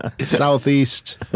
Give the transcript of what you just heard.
Southeast